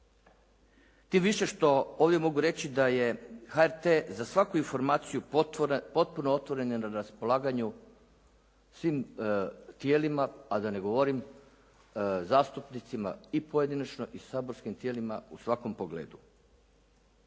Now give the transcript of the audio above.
tim više što ovdje mogu reći da je HRT za svaku informaciju potpuno otvoren i na raspolaganju svim tijelima a da ne govorim zastupnicima i pojedinačno i saborskim tijelima u svakom pogledu.